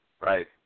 Right